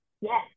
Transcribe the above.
yes